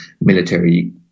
military